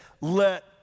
Let